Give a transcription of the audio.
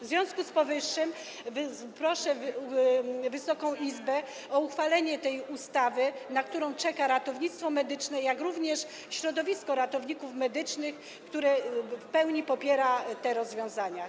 W związku z powyższym proszę Wysoką Izbę o uchwalenie tej ustawy, na którą czeka ratownictwo medyczne, jak również środowisko ratowników medycznych, które w pełni popiera te rozwiązania.